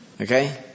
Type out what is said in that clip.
Okay